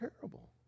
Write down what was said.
terrible